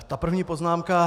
Ta první poznámka.